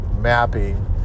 mapping